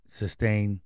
sustain